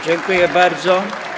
Dziękuję bardzo.